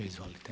Izvolite.